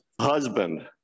husband